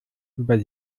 über